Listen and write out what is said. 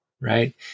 right